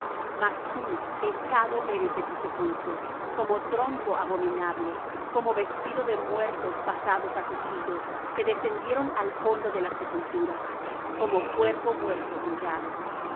mas tú echado eres de tu sepulcro como tronco abominable como vestido de muertos pasados á cuchillo que descendieron al fondo de la sepultura como cuerpo muerto hollado no